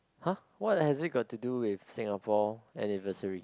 !huh! what has it got to do with Singapore anniversary